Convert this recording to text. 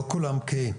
לא כולם בקיאים.